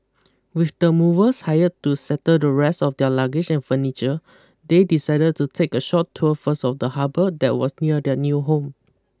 with the movers hired to settle the rest of their luggage and furniture they decided to take a short tour first of the harbour that was near their new home